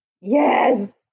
Yes